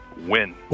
Win